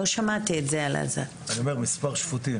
כמה מתוכם שחרור